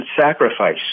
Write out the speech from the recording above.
sacrifice